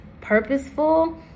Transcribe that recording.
purposeful